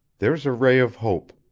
there's a ray of hope.